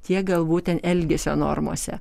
tiek galbūt ten elgesio normose